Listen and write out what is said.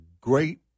great